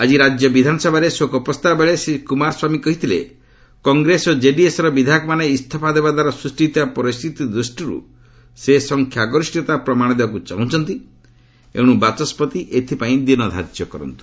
ଆଜି ରାଜ୍ୟ ବିଧାନସଭାରେ ଶୋକ ପ୍ରସ୍ତାବ ବେଳେ ଶ୍ରୀ କୁମାର ସ୍ୱାମୀ କହିଥିଲେ କଂଗ୍ରେସ ଓ କେଡିଏସ୍ର ବିଧାୟକମାନେ ଇସଫା ଦେବା ଦ୍ୱାରା ସୃଷ୍ଟି ହୋଇଥିବା ପରିସ୍ଥିତି ଦୃଷ୍ଟିରୁ ସେ ସଂଖ୍ୟା ଗରିଷ୍ଠତା ପ୍ରମାଣ ଦେବାକୁ ଚାହୁଁଛନ୍ତି ଏଣୁ ବାଚସ୍କତି ଏଥିପାଇଁ ଦିନ ଧାର୍ଯ୍ୟ କରୁନ୍ତୁ